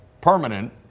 permanent